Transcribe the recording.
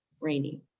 rainy